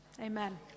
amen